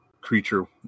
creature